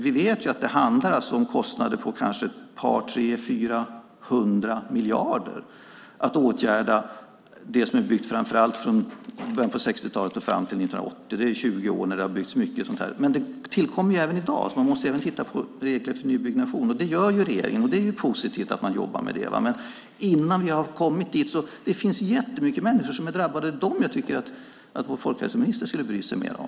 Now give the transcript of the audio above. Vi vet att det handlar om kostnader på 200, 300 eller 400 miljarder för att åtgärda det som är byggt framför allt i början av 60-talet och fram till 1980. Det är 20 år då det har byggts mycket sådant. Men det tillkommer sådant även i dag. Man måste därför även titta på regler för nybyggnation. Det gör regeringen, och det är positivt att man jobbar med det. Men innan vi har kommit dit finns det jättemånga människor som är drabbade, och det är dessa människor som jag tycker att vår folkhälsominister skulle bry sig mer om.